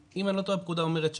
אם אני לא טועה, הפקודה אומרת שעה.